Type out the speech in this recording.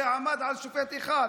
זה עמד על שופט אחד.